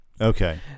Okay